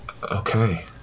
Okay